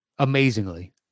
Amazingly